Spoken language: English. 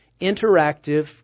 interactive